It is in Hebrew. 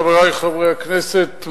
חברי חברי הכנסת,